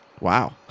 Wow